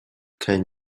can